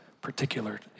particular